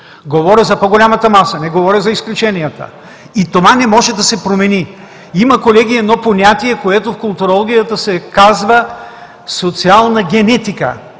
Говоря за по-голямата маса, не говоря за изключенията и това не може да се промени. Колеги, има едно понятие, което в културологията се казва „социална генетика“